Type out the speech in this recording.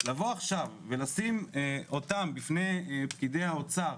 לבוא עכשיו ולשים אותם בפני פקידי האוצר,